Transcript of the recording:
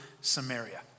Samaria